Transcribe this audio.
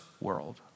world